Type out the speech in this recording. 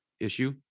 issue